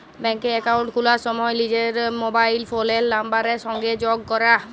ব্যাংকে একাউল্ট খুলার সময় লিজের মবাইল ফোলের লাম্বারের সংগে যগ ক্যরা